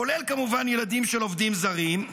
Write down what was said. כולל כמובן ילדים של עובדים זרים,